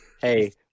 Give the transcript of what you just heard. hey